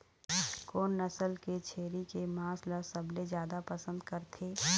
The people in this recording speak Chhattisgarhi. कोन नसल के छेरी के मांस ला सबले जादा पसंद करथे?